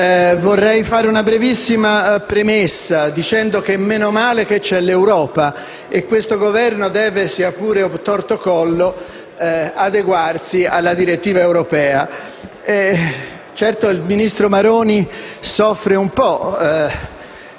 Vorrei poi fare una brevissima premessa dicendo: meno male che c'è l'Europa, così questo Governo deve, sia pure *obtorto collo*, adeguarsi alla direttiva europea. Certo, il ministro Maroni soffre un po':